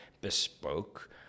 bespoke